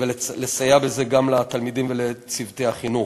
ולסייע בזה גם לתלמידים ולצוותי החינוך.